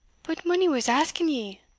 but minnie was asking ye,